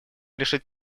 решить